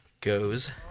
goes